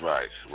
Right